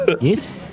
Yes